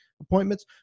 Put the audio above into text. appointments